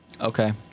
Okay